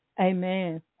Amen